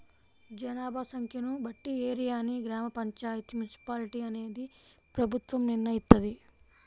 జనాభా సంఖ్యను బట్టి ఏరియాని గ్రామ పంచాయితీ, మున్సిపాలిటీ అనేది ప్రభుత్వం నిర్ణయిత్తది